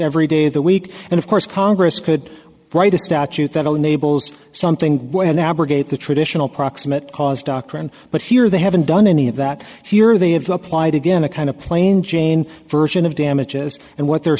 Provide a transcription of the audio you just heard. every day of the week and of course congress could write a statute that will enable something in abrogate the traditional proximate cause doctrine but here they haven't done any of that here they have applied again a kind of plain jane version of damages and what they're